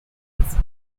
his